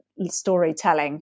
storytelling